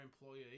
employee